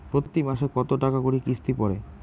প্রতি মাসে কতো টাকা করি কিস্তি পরে?